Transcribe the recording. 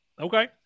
okay